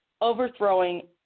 overthrowing